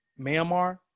Myanmar